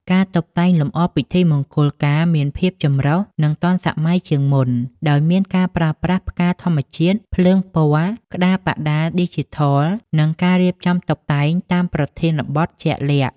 ការតុបតែងលម្អពិធីមង្គលការមានភាពចម្រុះ និងទាន់សម័យជាងមុន ដោយមានការប្រើប្រាស់ផ្កាធម្មជាតិ ភ្លើងពណ៌ ក្តារបដាឌីជីថល និងការរៀបចំតុបតែងតាមប្រធានបទជាក់លាក់ ។